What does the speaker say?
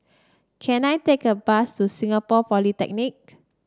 can I take a bus to Singapore Polytechnic